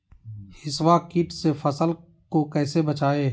हिसबा किट से फसल को कैसे बचाए?